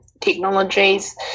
technologies